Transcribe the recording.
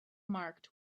marked